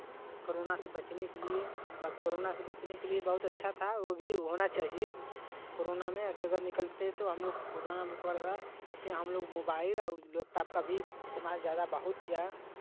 corona से बचने के लिए वह कोरोना से बचने के लिए बहुत अच्छा था वो भी होना चाहिए कोरोना में आखिर अगर निकलते तो हम लोग को कोरोना भी पकड़ता इसलिए हम लोग मोबाइल और लैपटाप का भी इस्तेमाल ज़्यादा बहुत किया